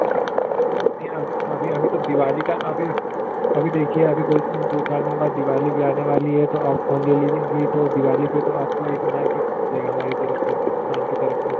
नहीं अब अभी अभी तो दिवाली का अभी अभी देखिए अभी दो दो चार दिन बाद दिवाली भी आने वाली है तो आप फ़ोन ले लेंगी तो दिवाली पर तो आपको एक नया गिफ्ट भी मिलेगा हमारी तरफ़ से दुकान की तरफ़ से